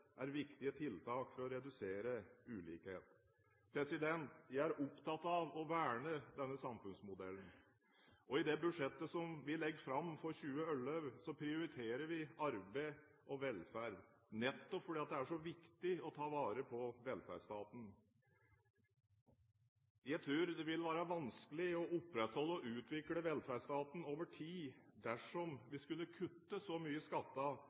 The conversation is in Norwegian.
er viktige tiltak for å redusere ulikheter. Jeg er opptatt av å verne denne samfunnsmodellen. I det budsjettet vi legger fram for 2011, prioriterer vi arbeid og velferd, nettopp fordi det er så viktig å ta vare på velferdsstaten. Jeg tror det ville være vanskelig å opprettholde og utvikle velferdsstaten over tid dersom vi skulle kutte så mye